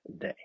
day